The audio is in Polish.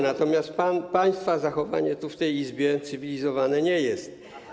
Natomiast państwa zachowanie tu, w tej Izbie, cywilizowane nie jest.